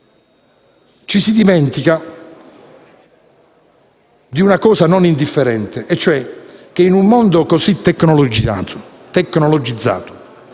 Ci si dimentica di una cosa non indifferente, e cioè che in un mondo così tecnologizzato,